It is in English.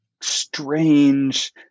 strange